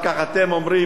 אני מבקש את הזמן שלי.